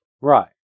Right